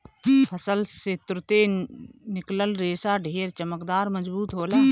फसल से तुरंते निकलल रेशा ढेर चमकदार, मजबूत होला